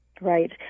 Right